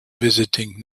visiting